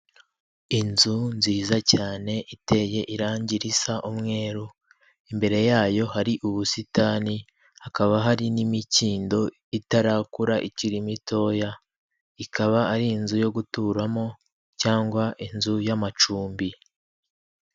Inzu nziza cyane iteye irangi risa umweru, imbere yayo hari ubusitani, hakaba hari n'imikindo itarakura iki mitoya, ikaba ari inzu yo guturamo cyangwa inzu y'amacumbi.